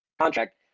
contract